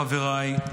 חבריי,